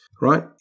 right